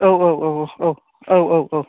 औ औ औ औ औ औ औ